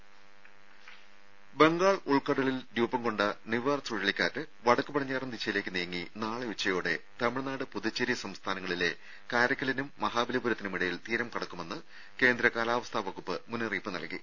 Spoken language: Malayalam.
രുദ ബംഗാൾ ഉൾക്കടലിൽ രൂപം കൊണ്ട നിവാർ ചുഴലിക്കാറ്റ് വടക്ക് പടിഞ്ഞാറൻ ദിശയിലേക്ക് നീങ്ങി നാളെ ഉച്ചയോടെ തമിഴ്നാട് പുതുച്ചേരി സംസ്ഥാനങ്ങളിലെ കാരക്കലിനും മഹാബലിപുരത്തിനുമിടയിൽ തീരം കടക്കുമെന്ന് കേന്ദ്ര കാലാവസ്ഥാ വകുപ്പ് മുന്നറിയിപ്പ് നൽകി